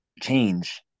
change